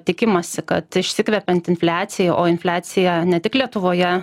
tikimasi kad išsikvepiant infliacijai o infliacija ne tik lietuvoje